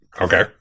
Okay